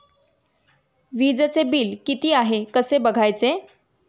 वीजचे बिल किती आहे कसे बघायचे?